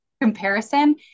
comparison